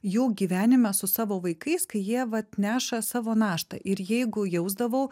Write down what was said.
jų gyvenime su savo vaikais kai jie vat neša savo naštą ir jeigu jausdavau